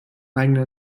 eigenen